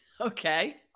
Okay